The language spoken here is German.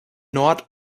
nord